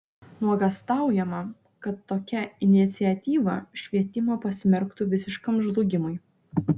nuogąstaujama kad tokia iniciatyva švietimą pasmerktų visiškam žlugimui